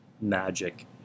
magic